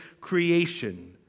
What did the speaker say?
creation